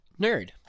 nerd